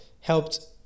helped